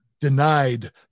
denied